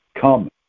Come